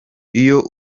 iyo